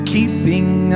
Keeping